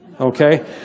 Okay